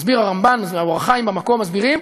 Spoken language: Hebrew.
הרמב"ן ו"אור החיים" במקום מסבירים: